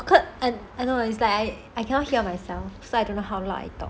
I know it's like I cannot hear myself so I don't know how loud I talk